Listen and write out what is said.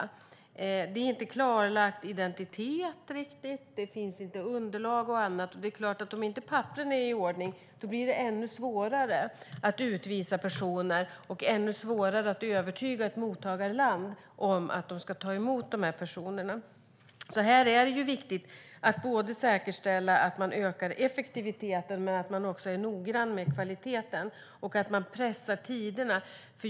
Identiteten är inte riktigt klarlagd, och det saknas underlag. Det är klart att om inte papperen är i ordning blir det ännu svårare att utvisa personer och ännu svårare att övertyga ett mottagarland om att ta emot de utvisade personerna. Här är det viktigt att säkerställa att man ökar effektiviteten, att man är noga med kvaliteten och att man pressar tiderna.